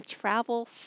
travel